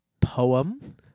Poem